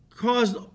caused